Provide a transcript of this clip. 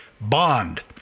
bond